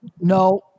no